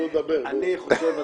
אני חושב,